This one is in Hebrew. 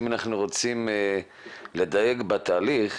שאם אנחנו רוצים לדייק את התהליך,